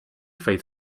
faith